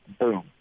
Boom